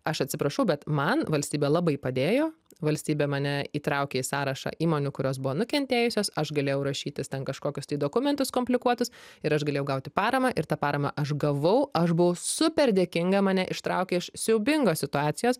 aš atsiprašau bet man valstybė labai padėjo valstybė mane įtraukė į sąrašą įmonių kurios buvo nukentėjusios aš galėjau rašytis ten kažkokius dokumentus komplikuotus ir aš galėjau gauti paramą ir tą paramą aš gavau aš buvau super dėkinga mane ištraukė iš siaubingos situacijos